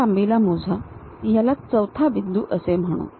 या लांबीला मोजा याला चौथा बिंदू असे म्हणू